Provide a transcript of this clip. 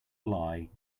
lie